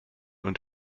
und